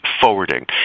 forwarding